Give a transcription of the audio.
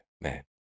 man